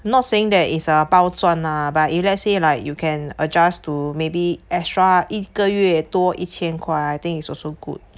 not saying that it's a 包赚啊 but if let's say like you can adjust to maybe extra 一个月多一千块 I think is also good